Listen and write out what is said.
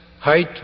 height